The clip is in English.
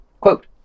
Quote